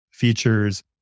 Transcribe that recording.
features